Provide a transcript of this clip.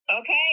Okay